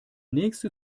nächste